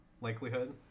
likelihood